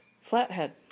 flathead